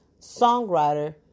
songwriter